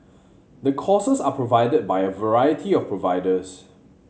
the courses are provided by a variety of providers